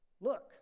look